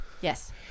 Yes